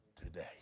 today